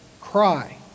Cry